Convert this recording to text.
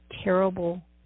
terrible